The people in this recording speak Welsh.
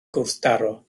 gwrthdaro